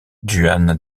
juan